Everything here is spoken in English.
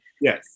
Yes